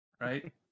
Right